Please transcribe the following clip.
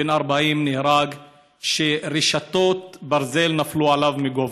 בן 40 נהרג כשרשתות ברזל נפלו עליו מגובה.